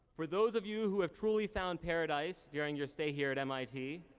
for those of you who have truly found paradise during your stay here at mit,